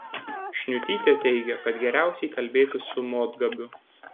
šniutytė teigė kad geriausiai kalbėtis su motgabiu